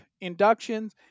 inductions